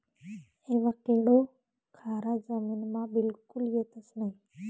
avocado खारा जमीनमा बिलकुल येतंस नयी